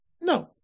No